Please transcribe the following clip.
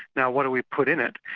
now what do we put in it?